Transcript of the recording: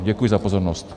Děkuji za pozornost.